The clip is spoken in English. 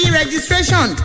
registration